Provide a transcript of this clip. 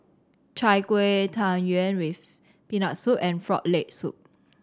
Chai Kuih Tang Yuen with Peanut Soup and Frog Leg Soup